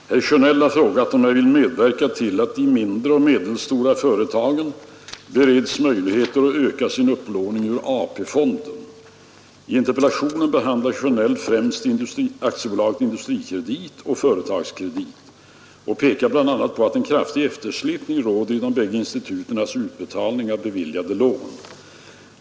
Herr talman! Herr Sjönell har frågat om jag vill medverka till att de mindre och medelstora företagen bereds möjligheter att öka sin upplåning ur AP-fonden. I interpellationen behandlar herr Sjönell främst AB Industrikredit och AB Företagskredit och pekar bl.a. på att en kraftig eftersläpning råder i de bägge institutens utbetalning av beviljade lån.